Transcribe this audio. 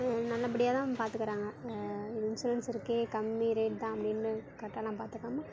நல்லபடியாகதான் பாத்துக்கிறாங்க இன்சூரன்ஸ் இருக்கு கம்மி ரேட்டுதான் அப்படின்னு கட்டணம் பாத்துக்காமல்